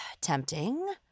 Tempting